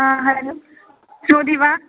हा हलो श्रुणोति वा